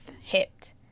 hit